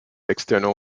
external